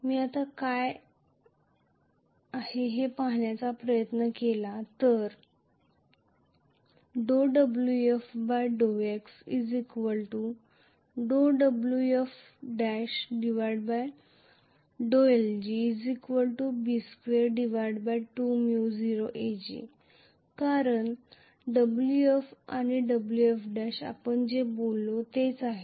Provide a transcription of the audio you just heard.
मी आता काय आहे ते पाहण्याचा प्रयत्न केला तर wf∂x wf1∂lg B22 µ0 Ag कारण Wf आणि Wf'आपण जे बोललो तेच आहे